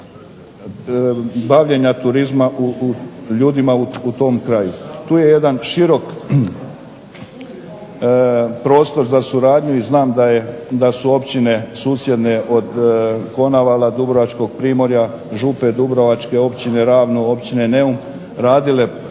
bavljenja turizma ljudima u tom kraju. Tu je jedan širok prostor za suradnju i znam da su općine susjedne od Konavala, Dubrovačkog primorja, župe Dubrovačke, općine Ravno, Neum radile projekte